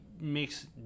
makes